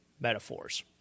metaphors